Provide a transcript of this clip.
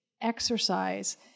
exercise